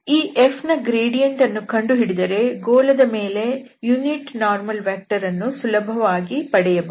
ಈ f ನ gradient ಅನ್ನು ಕಂಡುಹಿಡಿದರೆ ಗೋಳ ದ ಮೇಲೆ ಏಕಾಂಶ ಲಂಬ ಸದಿಶ ವನ್ನು ಸುಲಭವಾಗಿ ಪಡೆಯಬಹುದು